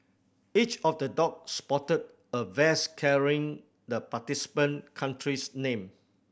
each of the dog sported a vest carrying the participating country's name